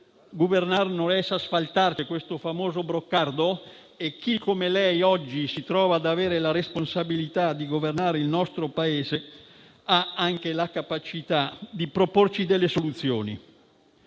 *Gobernar no es asfaltar*, c'è questo famoso brocardo. Chi, come lei oggi, si trova ad avere la responsabilità di governare il nostro Paese, ha anche la capacità di proporre delle soluzioni.